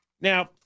Now